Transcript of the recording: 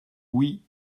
oui